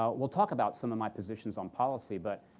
ah we'll talk about some of my positions on policy, but,